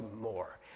more